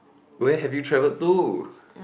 where have you travelled to